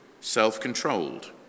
self-controlled